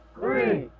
Three